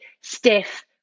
stiff